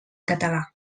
català